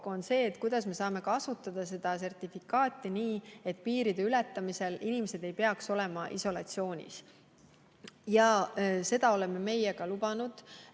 on see, kuidas me saame kasutada seda sertifikaati nii, et piiride ületamisel ei peaks inimesed jääma isolatsiooni. Ja seda oleme meie ka lubanud,